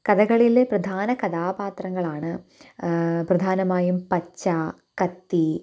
കഥകളിയിലെ പ്രധാന കഥാപാത്രങ്ങളാണ് പ്രധാനമായും പച്ച കത്തി